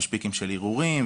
יש פיקים של ערעורים,